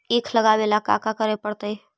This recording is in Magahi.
ईख लगावे ला का का करे पड़तैई?